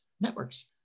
networks